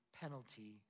penalty